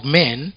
men